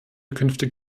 künftig